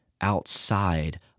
outside